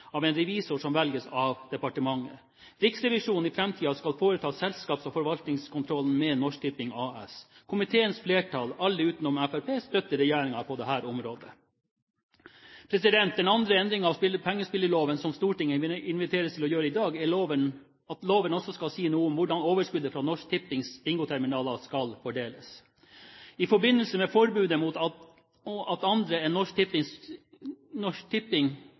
av en revisor som velges av departementet. Riksrevisjonen skal i framtiden foreta selskaps- og forvaltningskontrollen med Norsk Tipping AS. Komiteens flertall, alle utenom medlemmene fra Fremskrittspartiet, støtter regjeringen på dette området. Den andre endringen av pengespilloven som Stortinget inviteres til å gjøre i dag, er at loven også skal si noe om hvordan overskuddet fra Norsk Tippings bingoterminaler skal fordeles. I forbindelse med forbudet mot at andre enn Norsk Tipping